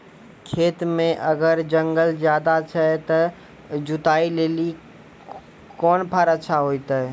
खेत मे अगर जंगल ज्यादा छै ते जुताई लेली कोंन फार अच्छा होइतै?